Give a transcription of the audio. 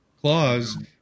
clause